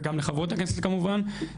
וגם לחברות הכנסת כמובן.